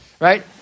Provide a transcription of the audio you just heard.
right